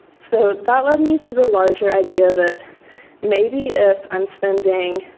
so that lead me to the larger idea that maybe if i'm spending